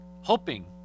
hoping